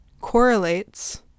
correlates